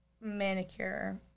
manicure